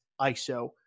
ISO